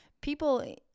People